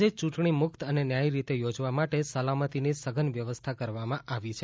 આજે ચ્રૂંટણી મૂક્ત અને ન્યાયી રીતે યોજવા માટે સલામતીની સઘન વ્યવસ્થા કરવામાં આવી છે